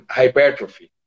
hypertrophy